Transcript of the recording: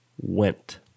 Went